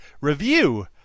review